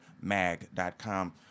mag.com